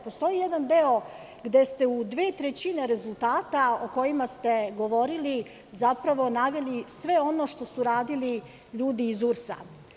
Postoji jedan deo gde ste u dve trećine rezultata o kojima ste govorili, zapravo naveli sve ono što su radili ljudi iz URS.